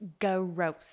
Gross